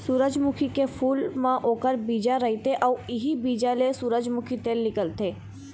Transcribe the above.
सूरजमुखी के फूल म ओखर बीजा रहिथे अउ इहीं बीजा ले सूरजमूखी तेल निकलथे